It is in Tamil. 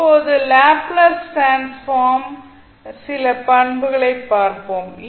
இப்போது லாப்ளேஸ் டிரான்ஸ்ஃபார்ம் ன் சில பண்புகளைப் பார்ப்போம்